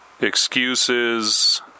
Excuses